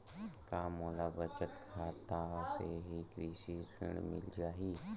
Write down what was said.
का मोला बचत खाता से ही कृषि ऋण मिल जाहि?